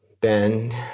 bend